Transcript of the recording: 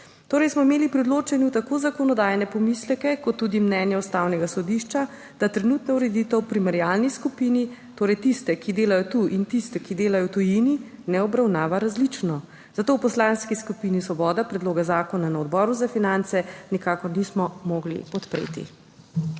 Torej, smo imeli pri odločanju tako zakonodajne pomisleke kot tudi mnenje Ustavnega sodišča, da trenutna ureditev v primerjalni skupini, torej tiste, ki delajo tu in tiste, ki delajo v tujini ne obravnava različno. Zato v Poslanski skupini Svoboda predloga zakona na Odboru za finance nikakor nismo mogli podpreti.